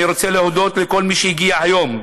אני רוצה להודות לכל מי שהגיע היום: